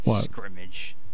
Scrimmage